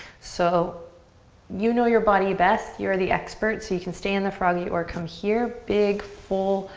so you know your body best, you are the expert. so you can stay in the froggy or come here. big full,